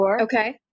Okay